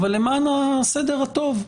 אבל למען הסדר הטוב,